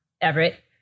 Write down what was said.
Everett